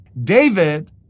David